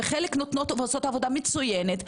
וחלק עושות עבודה מצוינת,